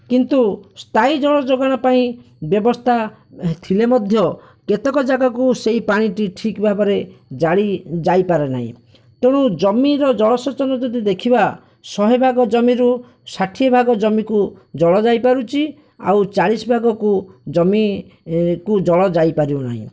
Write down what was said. କିନ୍ତୁ ସ୍ଥାୟି ଜଳ ଯୋଗାଣ ପାଇଁ ବ୍ୟବସ୍ଥା ଥିଲେ ମଧ୍ୟ କେତେକ ଜାଗାକୁ ସେଇ ପାଣିଟି ଠିକ୍ ଭାବରେ ଯାଇପାରେ ନାହିଁ ତେଣୁ ଜମିର ଜଳ ସେଚନ ଯଦି ଦେଖିବା ଶହେ ଭାଗ ଜମିରୁ ଷାଠିଏ ଭାଗ ଜମିକୁ ଜଳ ଯାଇପାରୁଛି ଆଉ ଚାଳିଶ ଭାଗକୁ ଜମି କୁ ଜଳ ଯାଇପାରୁ ନାହିଁ